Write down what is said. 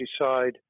decide